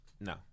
No